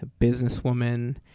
businesswoman